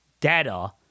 data